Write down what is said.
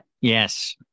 Yes